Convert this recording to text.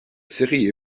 série